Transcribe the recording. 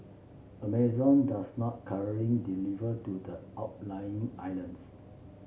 Amazon does not currently deliver to the outlying islands